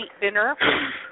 dinner